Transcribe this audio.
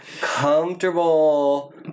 comfortable